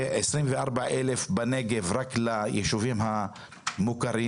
ו-24,000 בנגב, רק ליישובים המוכרים.